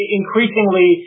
increasingly